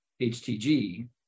HTG